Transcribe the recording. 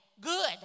good